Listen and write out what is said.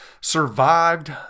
survived